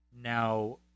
Now